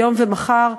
היום ומחר,